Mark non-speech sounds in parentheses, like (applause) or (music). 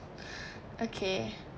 (breath) okay